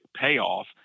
payoff